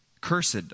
Cursed